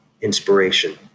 inspiration